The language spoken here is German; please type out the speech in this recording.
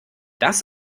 das